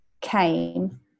came